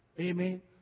Amen